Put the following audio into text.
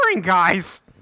guys